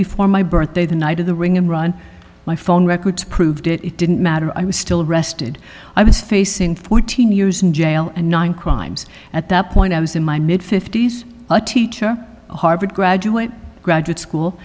before my birthday the night of the ring and run my phone records proved it didn't matter i was still arrested i was facing fourteen years in jail and nine crimes at that point i was in my mid fifty's a teacher a harvard graduate graduate school